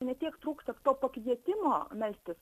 ne tiek trūksta to pakvietimo melstis